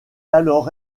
alors